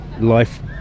life